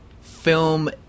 film